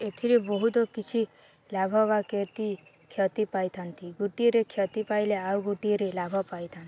ଏଥିରେ ବହୁତ କିଛି ଲାଭ ବା କ୍ଷତି କ୍ଷତି ପାଇଥାନ୍ତି ଗୋଟିଏରେ କ୍ଷତି ପାଇଲେ ଆଉ ଗୋଟିଏରେ ଲାଭ ପାଇଥାନ୍ତି